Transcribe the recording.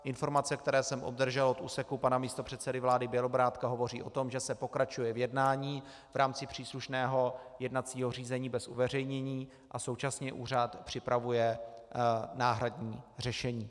Informace, které jsem obdržel od úseku pana místopředsedy vlády Bělobrádka, hovoří o tom, že se pokračuje v jednání v rámci příslušného jednacího řízení bez uveřejnění a současně úřad připravuje náhradní řešení.